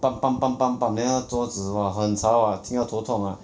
bam bam bam bam bam then 那个桌子 !wah! 很吵 ah !wah! 听到头痛 ah